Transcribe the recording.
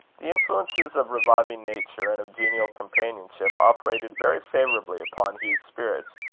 the influences of reviving nature and of genial companionship operated very favourably upon hugh's spirits,